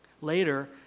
Later